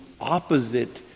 opposite